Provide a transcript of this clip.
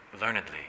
learnedly